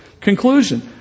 conclusion